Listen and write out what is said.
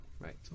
right